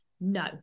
no